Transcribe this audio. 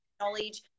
knowledge